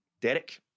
Derek